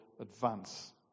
advance